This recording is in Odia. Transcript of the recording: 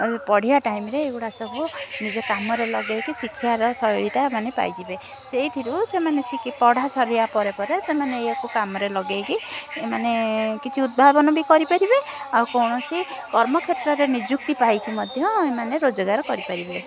ଆଉ ପଢ଼ିବା ଏ ଟାଇମ୍ରେ ଏଗୁଡ଼ା ସବୁ ନିଜ କାମରେ ଲଗେଇକି ଶିକ୍ଷାର ଶୈଳୀଟା ମାନେ ପାଇଯିବେ ସେଇଥିରୁ ସେମାନେ ପଢ଼ା ସରିବା ପରେ ପରେ ସେମାନେ ଏଇଆକୁ କାମରେ ଲଗେଇକି ମାନେ କିଛି ଉଦ୍ଭାବନ ବି କରିପାରିବେ ଆଉ କୌଣସି କର୍ମକ୍ଷେତ୍ରରେ ନିଯୁକ୍ତି ପାଇକି ମଧ୍ୟ ଏମାନେ ରୋଜଗାର କରିପାରିବେ